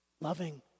loving